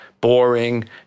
Boring